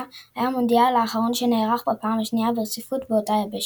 היה המונדיאל האחרון שנערך בפעם השנייה ברציפות באותה יבשת.